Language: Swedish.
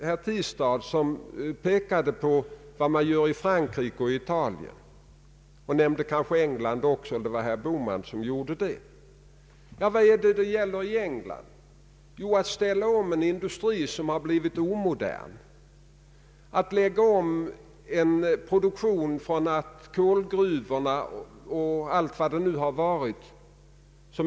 Det är ju en uppföljning av den försöksverksamhet som igångsatts.